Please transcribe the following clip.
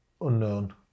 unknown